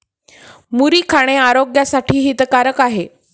मुरी खाणे आरोग्यासाठी हितकारक आहे